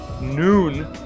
noon